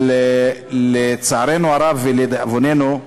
אבל לצערנו הרב, ולדאבוננו,